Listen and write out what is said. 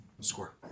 Score